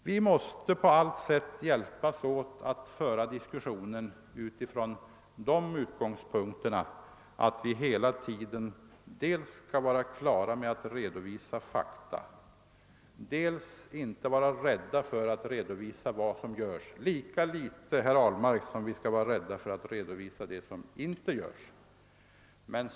Vi måste på allt sätt hjälpas åt att föra diskussionen utifrån utgångspunkten att vi hela tiden dels skall vara beredda att redovisa fakta, dels inte vara rädda för att redovisa vad som görs, lika litet, herr Ahlmark, som vi skall vara rädda för att redovisa vad som inte görs.